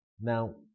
Now